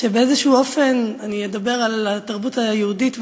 שבאיזשהו אופן, אדבר על התרבות היהודית והעברית,